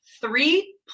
three